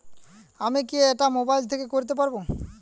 আমি কি এটা মোবাইল থেকে করতে পারবো?